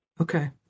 Okay